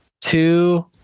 Two